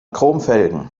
chromfelgen